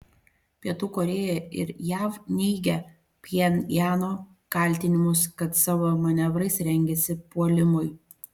pietų korėja ir jav neigia pchenjano kaltinimus kad savo manevrais rengiasi puolimui